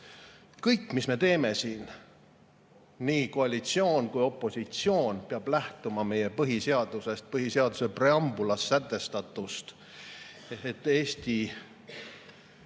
mis me teeme siin, nii koalitsioon kui ka opositsioon, peab lähtuma meie põhiseadusest, põhiseaduse preambulis sätestatust, et Eesti